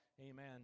amen